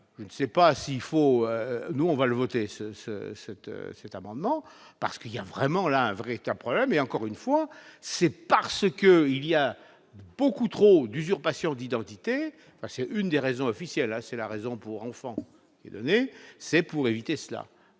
je ne sais pas s'il faut, nous, on va le voter ce ce cette cette amendement parce qu'il y a vraiment là un vrai qu'un problème est encore une fois, c'est parce que il y a beaucoup trop d'usurpation d'identité. C'est une des raisons officielles à c'est la raison pour enfants et c'est pour éviter cela,